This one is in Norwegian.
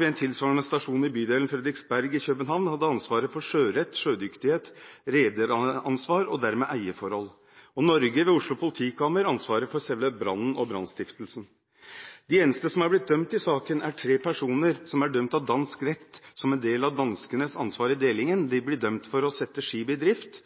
en tilsvarende stasjon i bydelen Frederiksberg i København, hadde ansvaret for sjørett, sjødyktighet, rederansvar og dermed eierforhold, og Norge, ved Oslo politikammer, hadde ansvaret for selve brannen og brannstiftelsen. De eneste som er blitt dømt i saken, er tre personer som er dømt av dansk rett, som en del av danskenes ansvar i delingen. De ble dømt for å sette skipet i drift